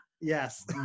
Yes